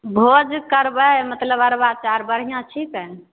भोज करबै मतलब अरबा चाउर बढ़िऑं छिकै